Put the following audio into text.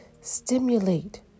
stimulate